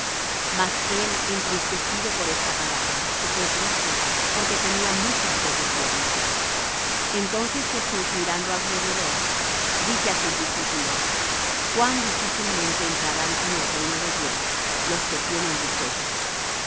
mas él entristecido por esta palabra se fué triste porque tenía muchas posesiones entonces jesús mirando alrededor dice á sus discípulos cuán dificilmente entrarán en el reino de dios los que tienen riquezas y los